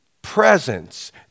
Presence